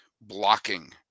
Blocking